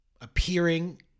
appearing